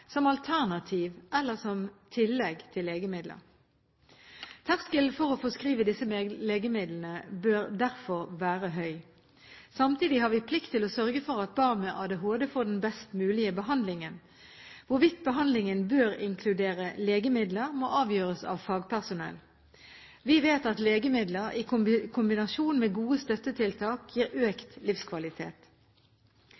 som alternativ eller som tillegg til legemidler. Terskelen for å forskrive disse legemidlene bør derfor være høy. Samtidig har vi plikt til å sørge for at barn med ADHD får den best mulige behandlingen. Hvorvidt behandlingen bør inkludere legemidler, må avgjøres av fagpersonell. Vi vet at legemidler i kombinasjon med gode støttetiltak gir